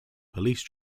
police